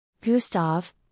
Gustav